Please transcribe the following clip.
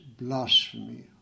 blasphemy